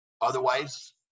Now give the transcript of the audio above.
Otherwise